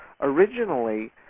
Originally